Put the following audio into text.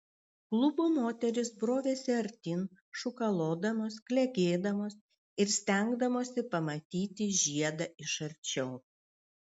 klubo moterys brovėsi artyn šūkalodamos klegėdamos ir stengdamosi pamatyti žiedą iš arčiau